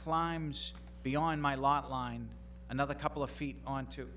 climbs beyond my lot line another couple of feet onto